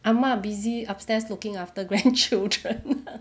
ah ma busy upstairs looking after grandchildren